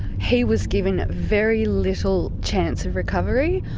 he was given very little chance of recovery.